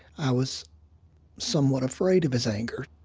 i was somewhat afraid of his anger.